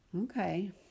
Okay